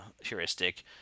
heuristic